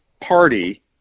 party